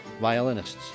violinists